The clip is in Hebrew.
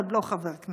הוא עוד לא חבר כנסת.